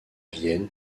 vienne